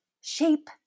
shape